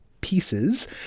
pieces